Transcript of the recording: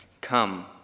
Come